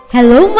Hello